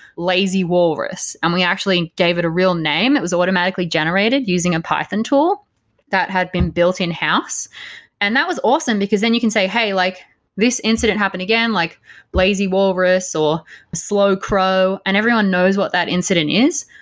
lazy walrus. and we actually gave it a real name. it was automatically generated using a python tool that had been built in-house. and that was awesome, because then you can say hey, like this incident happened again. like lazy walrus, or slow crow and everyone knows what that incident is.